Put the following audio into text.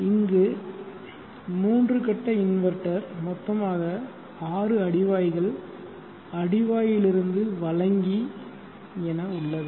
இங்கு மூன்று கட்ட இன்வெர்ட்டர் மொத்தமாக ஆறு அடிவாய்கள் அடி வாயிலிருந்து வழங்கி என உள்ளது